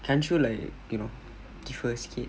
aren't you like you know the first kid